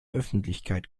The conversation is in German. öffentlichkeit